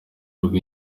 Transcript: rwa